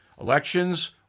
Elections